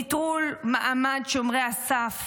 נטרול מעמד שומרי הסף